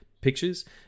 pictures